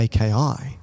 AKI